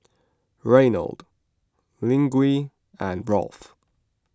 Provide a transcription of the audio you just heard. Reynold Luigi and Rolf